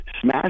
Smash